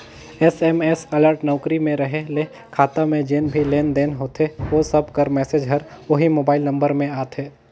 SMS alert नउकरी में रहें ले खाता में जेन भी लेन देन होथे ओ सब कर मैसेज हर ओही मोबाइल नंबर में आथे